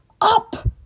up